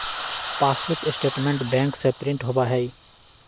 passbook statement bank से print होबा हई